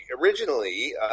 originally